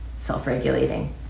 self-regulating